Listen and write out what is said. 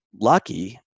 lucky